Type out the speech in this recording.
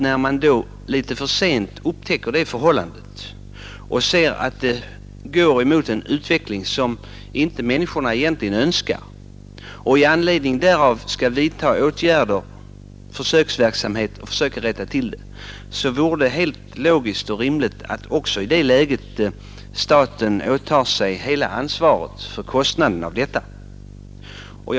När man då litet för sent upptäcker avigsidorna att man går mot en utveckling som inte människorna önskar och i anledning därav skall vidta åtgärder, vore det helt logiskt och rimligt att staten åtar sig hela ansvaret och kostnaden för försöksverksamheten.